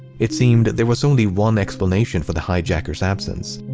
it seemed, there was only one explanation for the hijacker's absence.